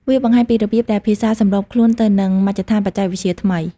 វាបង្ហាញពីរបៀបដែលភាសាសម្របខ្លួនទៅនឹងមជ្ឈដ្ឋានបច្ចេកវិទ្យាថ្មី។